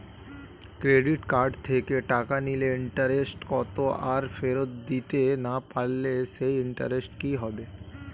Credit card থেকে টাকা নিলে ইন্টারেস্ট কত আর ফেরত দিতে না পারলে সেই ইন্টারেস্ট কি হবে?